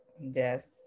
Yes